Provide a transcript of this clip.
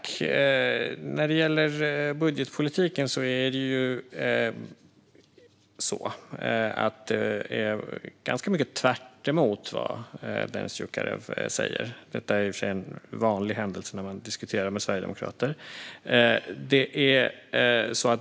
Herr talman! När det gäller budgetpolitiken är ganska mycket tvärtemot vad Dennis Dioukarev säger. Det är i och för sig en vanlig händelse när man diskuterar med sverigedemokrater.